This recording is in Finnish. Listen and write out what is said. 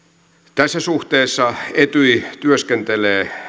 tässä suhteessa etyj työskentelee